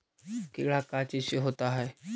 कीड़ा का चीज से होता है?